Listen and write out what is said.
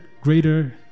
greater